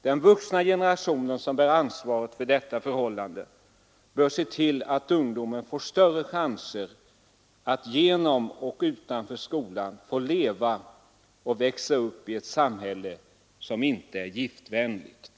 Den vuxna generationen, som bär ansvaret för detta förhållande, bör se till att ungdomen får större chanser att genom och utanför skolan få leva och växa upp i ett samhälle som inte är giftvänligt.